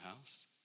house